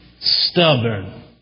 stubborn